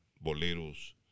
boleros